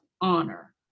honor